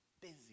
busy